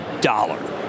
dollar